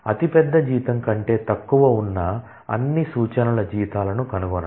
అతిపెద్ద జీతం కంటే తక్కువ ఉన్న అన్ని సూచనల జీతాలను కనుగొనండి